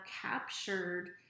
captured